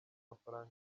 mafaranga